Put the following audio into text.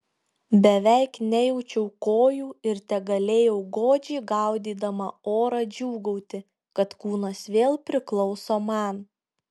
beveik nejaučiau kojų ir tegalėjau godžiai gaudydama orą džiūgauti kad kūnas vėl priklauso man